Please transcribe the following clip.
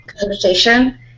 conversation